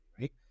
right